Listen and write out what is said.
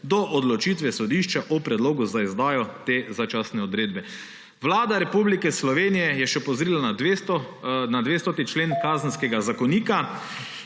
do odločitve sodišča o predlogu za izdajo te začasne odredbe. Vlada Republike Slovenije je še opozorila na 200. člen Kazenskega zakonika,